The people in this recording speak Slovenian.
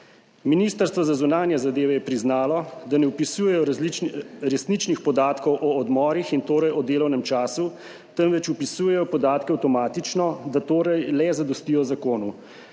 Ministrstvo za zunanje zadeve je priznalo, da ne vpisujejo resničnih podatkov o odmorih in delovnem času, temveč vpisujejo podatke avtomatično, da torej le zadostijo zakonu.